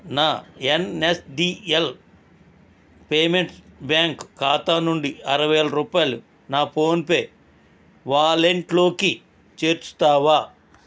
నా NSDL payments bank ఖాతా నుండి అరవై వేల రూపాయలు నా ఫోన్పే వాలెట్లోకి చేర్చుతావా